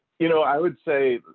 you know i would say,